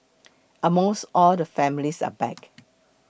almost all the families are back